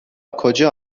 کجا